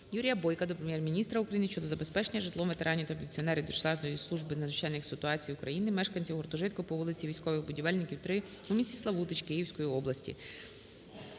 Юрія Бойка до Прем'єр-міністра України щодо забезпечення житлом ветеранів та пенсіонерів Державної служби надзвичайних ситуацій України - мешканців гуртожитку по вулиці Військових будівельників, 3 у місті Славутич Київської області.